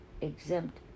exempt